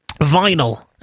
Vinyl